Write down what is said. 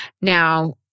Now